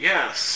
Yes